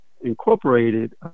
incorporated